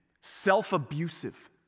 self-abusive